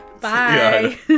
bye